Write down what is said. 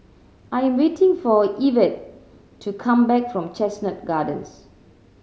I am waiting for Evette to come back from Chestnut Gardens